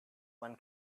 one